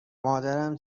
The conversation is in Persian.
مادرم